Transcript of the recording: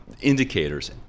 indicators